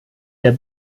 der